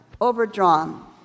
Overdrawn